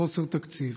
חוסר תקציב,